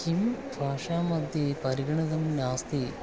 किं भाषामध्ये परिगणितं नास्ति